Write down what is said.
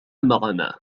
معنا